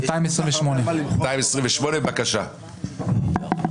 ארבעה בעד, חמישה נגד, אין נמנעים.